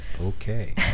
Okay